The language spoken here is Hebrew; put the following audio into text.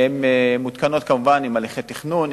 שמותקנות כמובן עם הליכי תכנון,